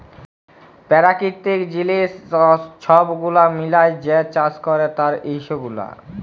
পেরাকিতিক জিলিস ছব গুলা মিলাঁয় যে চাষ ক্যরে তার ইস্যু গুলা